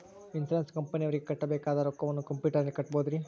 Insurance ಕಂಪನಿಯವರಿಗೆ ಕಟ್ಟಬೇಕಾದ ರೊಕ್ಕವನ್ನು ಕಂಪ್ಯೂಟರನಲ್ಲಿ ಕಟ್ಟಬಹುದ್ರಿ?